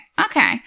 okay